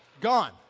Gone